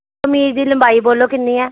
ਕਮੀਜ਼ ਦੀ ਲੰਬਾਈ ਬੋਲੋ ਕਿੰਨੀ ਹੈ